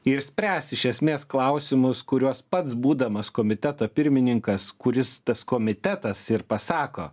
ir spręs iš esmės klausimus kuriuos pats būdamas komiteto pirmininkas kuris tas komitetas ir pasako